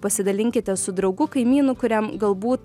pasidalinkite su draugu kaimynu kuriam galbūt